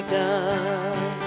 done